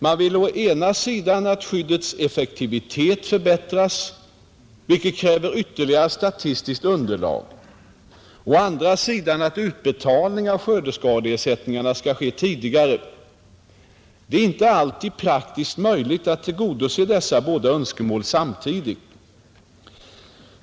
Man vill å ena sidan att skyddets effektivitet förbättras, vilket kräver ytterligare statistiskt underlag, och å andra sidan att utbetalning av skördeskadeersättningarna skall ske tidigare. Det är inte alltid praktiskt möjligt att tillgodose dessa båda önskemål samtidigt.